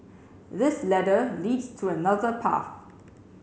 this ladder leads to another path